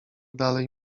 dalej